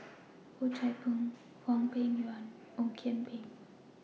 Oh Chai Hoo Hwang Peng Yuan and Ong Kian Peng